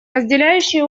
разделяющих